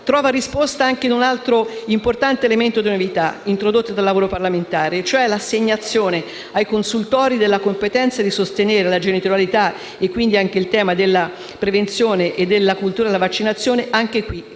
trovi risposta anche in un altro importante elemento di novità introdotto dal lavoro parlamentare. Mi riferisco all'assegnazione ai consultori della competenza di sostenere la genitorialità, quindi anche del tema della prevenzione e della cultura della vaccinazione fin